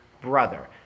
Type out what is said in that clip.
brother